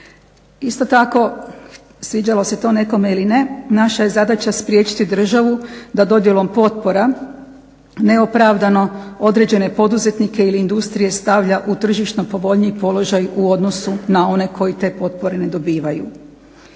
Isto tako, sviđalo se to nekome ili ne, naša je zadaća spriječiti državu da dodjelom potpora neopravdano određene poduzetnike ili industrije stavlja u tržišno povoljniji položaj u odnosu na one koji te potpore ne dobivaju.